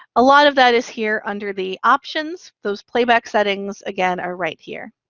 a lot of that is here under the options. those playback settings, again, are right here.